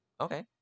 Okay